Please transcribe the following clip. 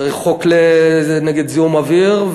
צריך חוק נגד זיהום אוויר,